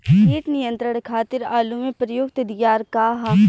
कीट नियंत्रण खातिर आलू में प्रयुक्त दियार का ह?